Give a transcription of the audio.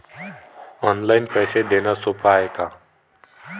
Online पैसे देण सोप हाय का?